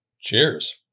Cheers